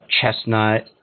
chestnut